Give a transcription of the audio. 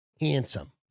handsome